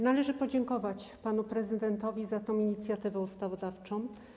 Należy podziękować panu prezydentowi za tę inicjatywę ustawodawczą.